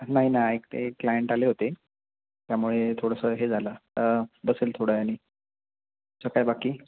नाही ना ऐक ते क्लायंट आले होते त्यामुळे थोडंसं हे झालं बसेल थोड्या वेळाने तुझं काय बाकी